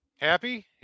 Happy